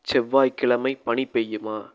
செவ்வாய்க்கிழமை பனி பெய்யுமா